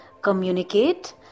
communicate